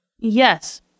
Yes